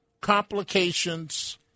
complications